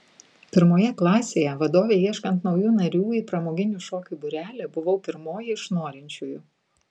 pirmoje klasėje vadovei ieškant naujų narių į pramoginių šokių būrelį buvau pirmoji iš norinčiųjų